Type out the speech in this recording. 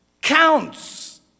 counts